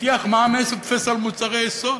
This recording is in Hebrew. הבטיח מע"מ אפס על מוצרי יסוד.